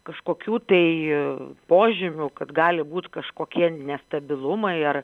kažkokių tai požymių kad gali būt kažkokie nestabilumai ar